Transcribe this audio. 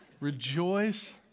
Rejoice